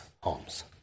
homes